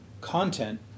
content